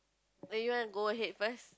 then you want to go ahead first